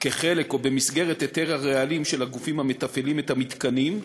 כחלק או במסגרת היתר הרעלים של הגופים המתפעלים את המתקנים,